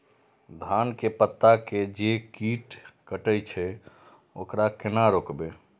धान के पत्ता के जे कीट कटे छे वकरा केना रोकबे?